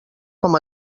com